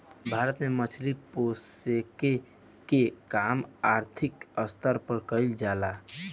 भारत में मछली पोसेके के काम आर्थिक स्तर पर कईल जा ला